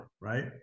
right